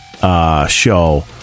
show